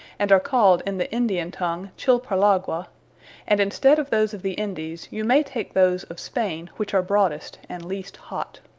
and are called in the indian tongue, chilparlagua and in stead of those of the indies, you may take those of spaine which are broadest, and least hot.